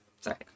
Sorry